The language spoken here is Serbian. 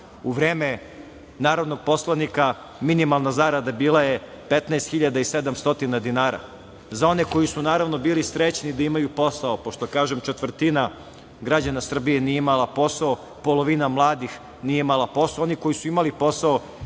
U vreme narodnog poslanika minimalna zarada bila je 15.700 dinara. Za one koji su bili srećni da imaju posao, pošto kažem četvrtina građana Srbije nije imala posao, polovina mladih nije imala posao, oni koji su imali posao